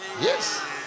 Yes